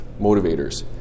motivators